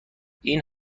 این